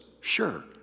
sure